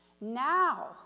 now